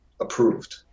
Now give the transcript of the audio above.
approved